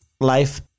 life